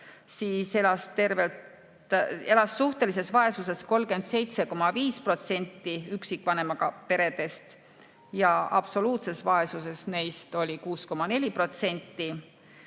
siis elas suhtelises vaesuses 37,5% üksikvanemaga peredest ja absoluutses vaesuses neist oli 6,4%.